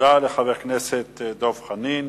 תודה לחבר הכנסת דב חנין.